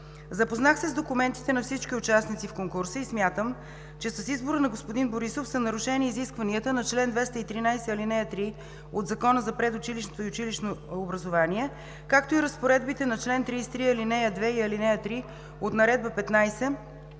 Запознах се с документите на всички участници в конкурса и смятам, че с избора на господин Борисов са нарушени изискванията на чл. 213, ал. 3 от Закона за предучилищното и училищното образование, както и разпоредбите на чл. 33, ал. 2 и ал. 3 от Наредба №